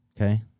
okay